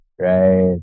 right